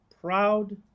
proud